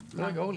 אורלי,